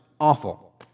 awful